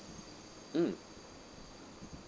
mm